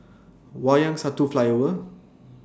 Wayang Satu Flyover